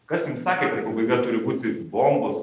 kas jums sakė kad pabaiga turi būti bombos